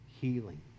healing